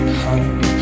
home